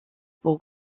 pour